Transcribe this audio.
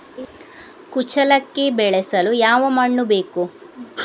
ಕುಚ್ಚಲಕ್ಕಿ ಬೆಳೆಸಲು ಯಾವ ಮಣ್ಣು ಬೇಕು?